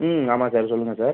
ம் ஆமாம் சார் சொல்லுங்கள் சார்